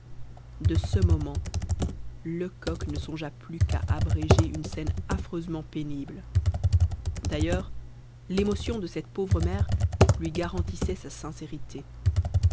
de ce moment lecoq ne songea plus qu'à abréger une scène affreusement pénible d'ailleurs l'émotion de cette pauvre mère lui garantissait sa sincérité